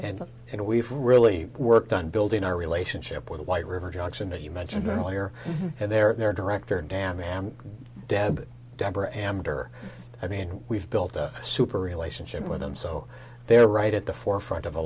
know we've really worked on building our relationship with white river junction that you mentioned earlier there director damn am deb deborah amateur i mean we've built a super relationship with them so they're right at the forefront of a